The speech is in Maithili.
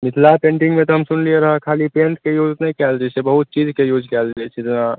मिथिला पेंटिंगमे तऽ हम सुनलियै हॅं खाली पेंट के यूज़ नहि कयल जाइ छै बहुत चीज के यूज़ कयल जाइ छै जेना